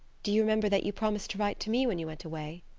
do you remember that you promised to write to me when you went away?